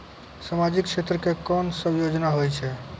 समाजिक क्षेत्र के कोन सब योजना होय छै?